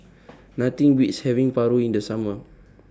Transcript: Nothing Beats having Paru in The Summer